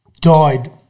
died